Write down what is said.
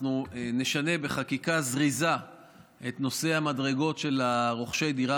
אנחנו נשנה בחקיקה זריזה את נושא המדרגות של רוכשי הדירה